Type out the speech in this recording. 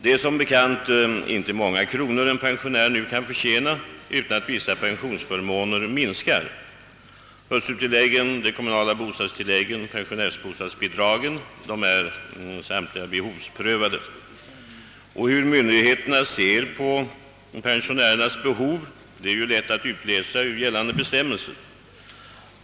Det är som bekant inte många kronor en pensionär nu kan förtjäna utan att vissa pensionsförmåner minskar. Hustrutilläggen, de kommunala bostadstillläggen och pensionärsbostadsbidragen är samtliga behovsprövade. Myndigheternas syn på pensionärernas behov är lätt att utläsa ur gällande bestämmelser.